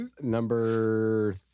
number